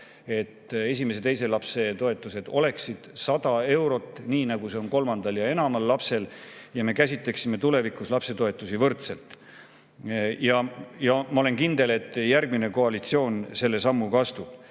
et esimese ja teise lapse toetus oleks 100 eurot, nii nagu see on kolmanda ja enama lapse puhul, ja me käsitleksime tulevikus lapsetoetusi võrdselt. Ma olen kindel, et järgmine koalitsioon selle sammu ka astub.